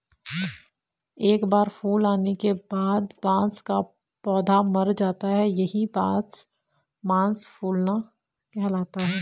एक बार फूल आने के बाद बांस का पौधा मर जाता है यही बांस मांस फूलना कहलाता है